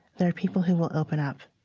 there are people who will open up.